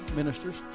ministers